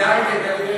זה היי-טק, אני,